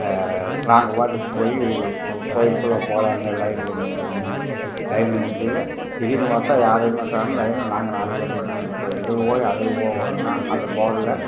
நாங்கள் பாட்டுக்கு போய் கோயிலுக்குள்ளே போலாங்கிற லைன்ல நிக்கிறேன்னு நின்று லைன்ல நிற்கையில திடீர்ன்னு பார்த்தா யாரையுமே காணோம் லைன்ல நாங்கள் நாலு பேர் மட்டுந்தான் நிற்கிறோம் இதில் போய் அதில் போகணுன்னா அந்த போர்டில்